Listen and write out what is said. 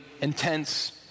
intense